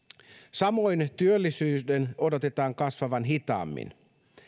samoin työllisyyden odotetaan kasvavan hitaammin